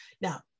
Now